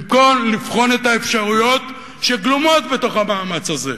במקום לבחון את האפשרויות שגלומות בתוך המאמץ הזה?